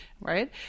right